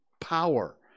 power